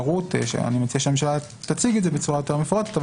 אני מציע שהממשלה תציג את זה בצורה יותר מפורטת,